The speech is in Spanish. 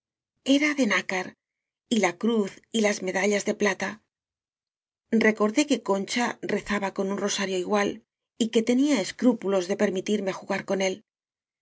era de nácar y la cruz y las medallas de plata recordé que concha rezaba con un rosario igual y que tenía escrúpulos de permitirme jugar con él